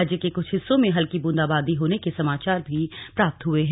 राज्य के कुछ हिस्सो में हल्की बूंदाबांदी होने के समाचार भी प्राप्त हुए हैं